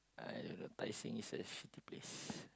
I don't know Tai-Seng is a shitty place